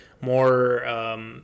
more